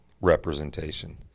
representation